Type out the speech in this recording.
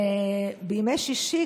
בימי שישי,